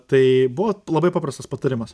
tai buvo labai paprastas patarimas